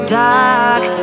dark